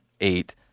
eight –